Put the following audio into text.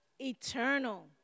Eternal